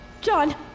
John